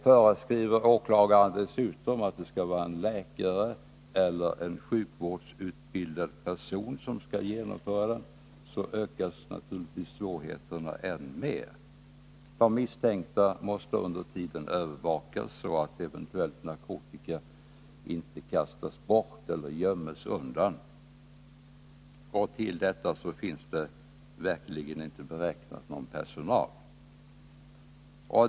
Föreskriver åklagaren dessutom att det skall vara en läkare eller en sjukvårdsutbildad person som skall genomföra denna besiktning, så ökas naturligtvis svårigheterna än mer. De misstänkta måste under tiden övervakas, så att eventuell narkotika inte kastas bort eller göms undan. Till detta finns det verkligen inte någon personal beräknad.